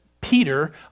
Peter